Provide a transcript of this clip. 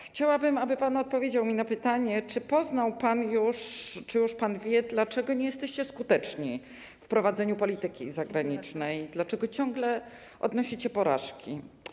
Chciałabym, aby pan odpowiedział na pytanie: Czy poznał pan już przyczyny, czy już pan wie, dlaczego nie jesteście skuteczni w prowadzeniu polityki zagranicznej, dlaczego ciągle ponosicie porażki?